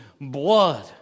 blood